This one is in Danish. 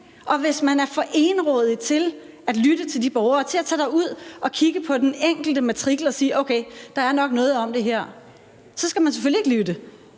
Og hvis man er for egenrådig til at lytte til de borgere, til at tage derud og kigge på den enkelte matrikel og sige, at her er der nok noget om det, så skal man selvfølgelig ikke lytte.